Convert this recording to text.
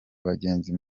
abagenzi